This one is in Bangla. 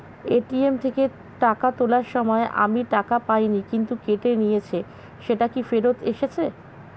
এ.টি.এম থেকে টাকা তোলার সময় আমি টাকা পাইনি কিন্তু কেটে নিয়েছে সেটা কি ফেরত এসেছে?